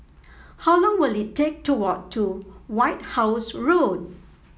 how long will it take to walk to White House Road